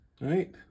right